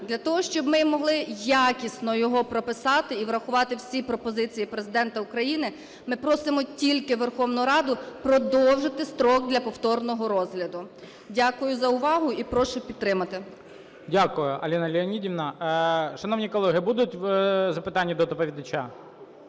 Для того, щоб ми могли якісно його прописати і врахувати всі пропозиції Президента України, ми просимо тільки Верховну Раду продовжити строк для повторного розгляду. Дякую за увагу. І прошу підтримати. ГОЛОВУЮЧИЙ. Дякую, Аліна Леонідівна. Шановні колеги, будуть запитання до доповідача?